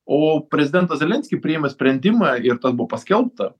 o prezidentas zelenski priėmė sprendimą ir tas buvo paskelbta